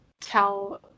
tell